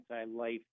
anti-life